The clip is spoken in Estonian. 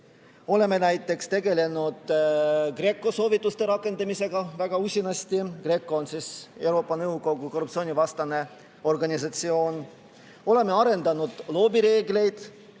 Oleme näiteks tegelenud GRECO soovituste rakendamisega väga usinasti. GRECO on Euroopa Nõukogu korruptsioonivastane organisatsioon. Oleme arendanud lobireegleid.